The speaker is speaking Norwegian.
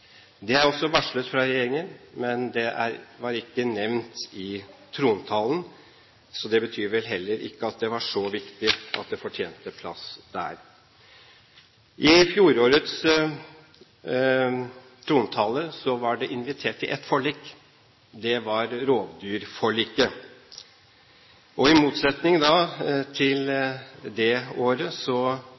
Det er også varslet fra regjeringen, men var ikke nevnt i trontalen. Det betyr vel at heller ikke det var så viktig at det fortjente plass der. I fjorårets trontale var det invitert til ett forlik – det var rovdyrforliket. I motsetning til det året